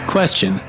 Question